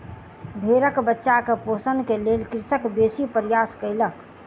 भेड़क बच्चा के पोषण के लेल कृषक बेसी प्रयास कयलक